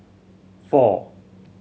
four